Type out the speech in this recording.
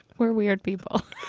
were weird people.